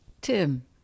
Tim